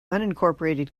unincorporated